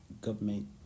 government